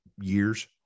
years